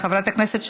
חבר הכנסת אורי מקלב,